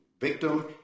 victim